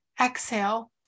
exhale